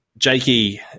Jakey